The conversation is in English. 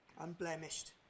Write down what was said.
unblemished